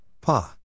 Pa